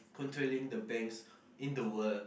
controlling the banks in the world